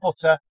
butter